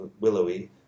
willowy